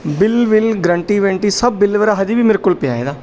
bill ਵਿਲ guarantee warranty ਸਭ bill ਵਗੈਰਾ ਅਜੇ ਵੀ ਮੇਰੇ ਕੋਲ ਪਿਆ ਇਹਦਾ